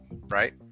right